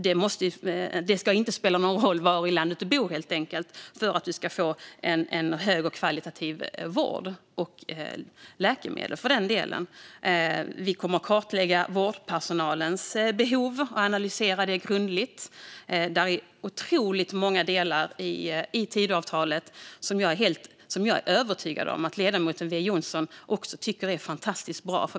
Det ska helt enkelt inte spela någon roll var i landet man bor för att man ska få en bra och högkvalitativ vård och för den delen även bra läkemedel. Vi kommer att kartlägga vårdpersonalens behov och analysera det grundligt. Det finns otroligt många delar i Tidöavtalet som jag är övertygad om att också ledamot W Jonsson tycker är fantastiskt bra.